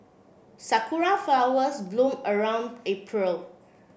sakura flowers bloom around April